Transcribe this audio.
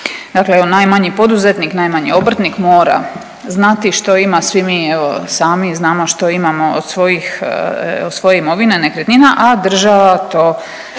Dakle, najmanji poduzetnik, najmanji obrtnik mora znati što ima. Svi mi evo sami znamo što imamo od svoje imovine, nekretnina, a država to